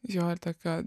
jo ir tokio